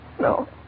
No